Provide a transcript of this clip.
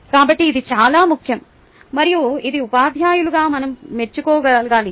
కాబట్టి ఇది చాలా ముఖ్యం మరియు ఇది ఉపాధ్యాయులుగా మనం మెచ్చుకోగలగాలి